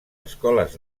escoles